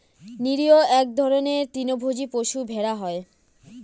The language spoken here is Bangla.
নিরীহ এক ধরনের তৃণভোজী পশু ভেড়া হয়